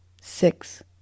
six